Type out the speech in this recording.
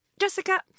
Jessica